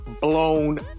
blown